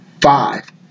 five